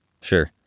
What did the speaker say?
Sure